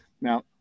Now